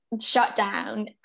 shutdown